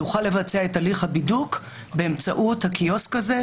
והוא יוכל לבצע את הליך הבידוק באמצעות הקיוסק הזה,